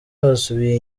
basubiye